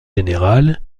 général